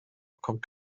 bekommt